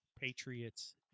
patriots